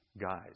guys